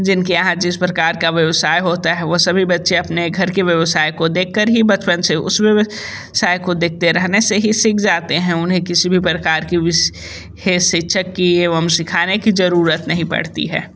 जिनके यहाँ जिस प्रकार का व्यवसाय होता है वो सभी बच्चे अपने घर के व्यवसाय को देख कर ही बचपन से उस व्यव साय को देखते रहने से ही सीख जाते हैं उन्हें किसी भी प्रकार की विशष शिक्षक की एवं सिखाने की ज़रूरत नहीं पड़ती है